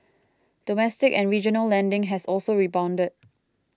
domestic and regional lending has also rebounded